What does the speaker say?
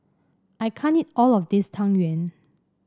I can't eat all of this Tang Yuen